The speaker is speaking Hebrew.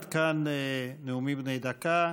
עד כאן נאומים בני דקה.